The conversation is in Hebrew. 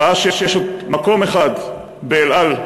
ראה שיש עוד מקום אחד ב"אל על"